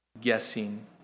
Guessing